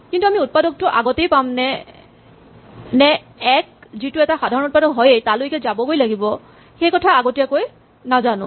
কিন্তু আমি উৎপাদকটো আগতেই পামনে নে ১ যিটো এটা সাধাৰণ উৎপাদক হয়েই তালৈকে যাবগৈ লাগিব সেইকথা আগতীয়াকৈ নাজানো